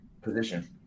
position